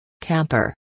Camper